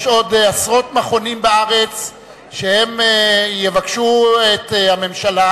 יש עוד עשרות מכונים בארץ שיבקשו את הממשלה